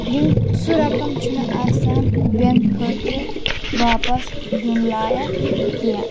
یِم سُہ رَقم چھُ نہٕ آسان بیٚنٛک خٲطرٕ واپَس دیُن لایق کینٛہہ